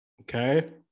Okay